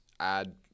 add